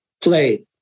played